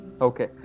Okay